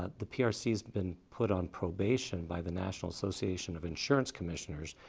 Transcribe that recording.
ah the prc has been put on probation by the national association of insurance commissioners,